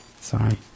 Sorry